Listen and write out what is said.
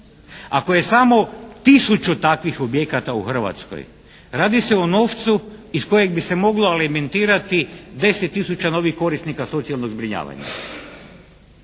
Ako je samo tisuću takvih objekata u Hrvatskoj radi se o novcu iz kojeg bi se moglo alimentirati 10 tisuća novih korisnika socijalnog zbrinjavanja.